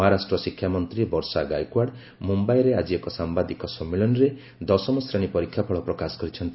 ମହାରାଷ୍ଟ୍ର ଶିକ୍ଷାମନ୍ତ୍ରୀ ବର୍ଷା ଗାଏକ୍ସାଡ୍ ମୁମ୍ୟାଇରେ ଆଜି ଏକ ସାମ୍ବାଦିକ ସମ୍ମିଳନୀରେ ଦଶମ ଶ୍ରେଣୀ ପରୀକ୍ଷାଫଳ ପ୍ରକାଶ କରିଛନ୍ତି